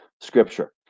Scripture